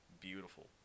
beautiful